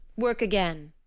work again.